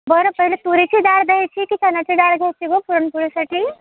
बरं पहिले तुरीची डाळ घ्यायची की चण्याची डाळ घ्यायची ग पुरणपोळीसाठी